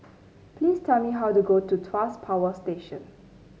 please tell me how to go to Tuas Power Station